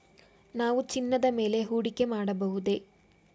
ನಾವು ಚಿನ್ನದ ಮೇಲೆ ಹೂಡಿಕೆ ಮಾಡಬಹುದೇ?